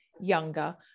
younger